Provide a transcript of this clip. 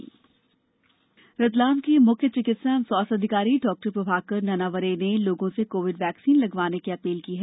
जन आंदोलन रतलाम के मुख्य चिकित्सा एवं स्वास्थ्य अधिकारी डॉ प्रभाकर ननावारे ने लोगों से कोविड वैक्सीन लगवाने की अपील की है